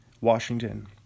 Washington